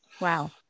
Wow